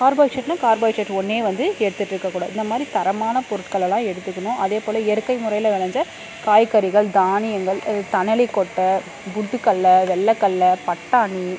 கார்போஹைட்ரேட்னா carbohydrate ஒன்னே வந்து எடுத்துட்ருக்கக் கூடாது இந்த மாதிரி தரமான பொருட்கள் எல்லாம் எடுத்துக்கணும் அதே போல் இயற்கை முறையில் வெளஞ்ச காய்கறிகள் தானியங்கள் தனலிக்கொட்ட புட்டு கல்ல வெள்ளை கல்ல பட்டாணி